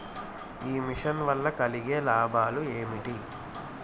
ఈ మిషన్ వల్ల కలిగే లాభాలు ఏమిటి?